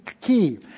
key